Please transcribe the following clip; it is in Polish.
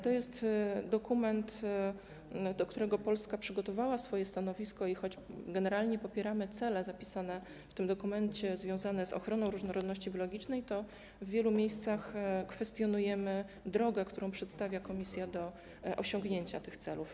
To jest dokument, do którego Polska przygotowała swoje stanowisko, i choć generalnie popieramy cele zapisane w tym dokumencie związane z ochroną różnorodności biologicznej, to w wielu miejscach kwestionujemy drogę, którą przestawia Komisja do osiągnięcia tych celów.